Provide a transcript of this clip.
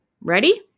Ready